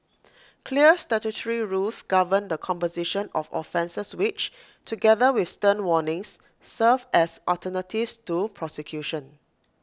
clear statutory rules govern the composition of offences which together with stern warnings serve as alternatives to prosecution